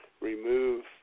remove